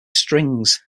strings